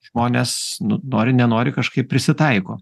žmonės nu nori nenori kažkaip prisitaiko